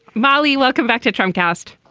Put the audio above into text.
molly welcome back to trump cast.